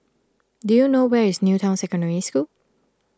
do you know where is New Town Secondary School